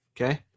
Okay